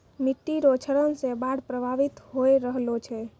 मिट्टी रो क्षरण से बाढ़ प्रभावित होय रहलो छै